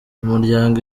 umuryango